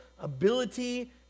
ability